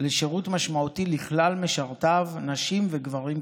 לשירות משמעותי לכלל משרתיו, נשים וגברים כאחד.